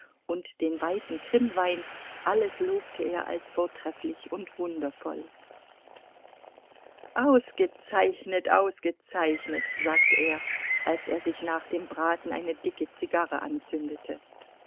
und den weißen krimwein alles lobte er als vortrefflich und wundervoll ausgezeichnet ausgezeichnet sagte er als er sich nach dem braten eine dicke zigarre anzündete